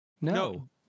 No